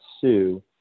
sue